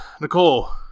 Nicole